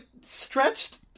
stretched